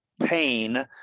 pain